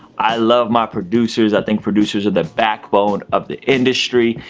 i love my producers. i think producers are the backbone of the industry.